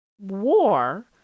war